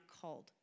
called